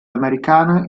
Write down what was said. americano